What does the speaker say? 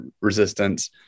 resistance